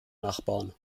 nachbarn